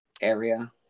area